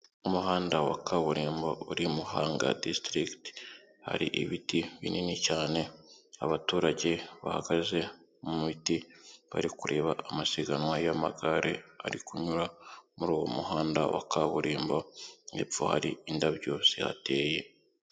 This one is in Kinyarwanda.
Umuhanda wa kaburimbo uri i Muhanga district hari ibiti binini cyane, abaturage bahagaze mu biti bari kureba amasiganwa y'amagare ari kunyura muri uwo muhanda wa kaburimbo, hepfo hari indabyo zihateye.